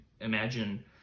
imagine